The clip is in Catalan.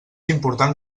important